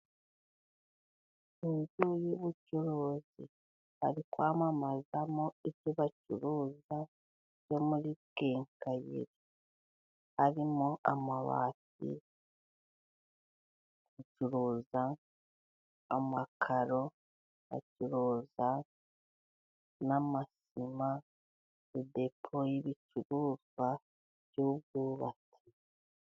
Inzu y'ubucuruzi, ari kwamamazamo ibyo bacuruza byo muri kenkayori, harimo amabati acuruza amakaro acuruza n'amasima. Ni depo y'ibicuruzwa by'ubwubatsi.